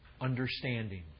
understanding